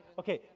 okay.